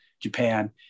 Japan